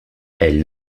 elle